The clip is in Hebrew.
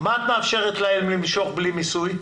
מה את מאפשרת להם למשוך בלי מיסוי?